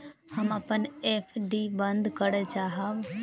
हम अपन एफ.डी बंद करय चाहब